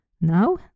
Now